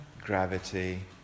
gravity